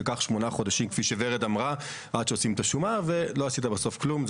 לוקח שמונה חודשים עד לעריכת השומה ולא עשית בסוף כלום.